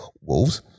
Wolves